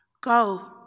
Go